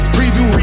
Preview